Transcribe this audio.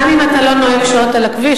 גם אם אתה לא נוהג שעות על הכביש,